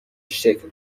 شکل